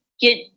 get